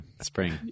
spring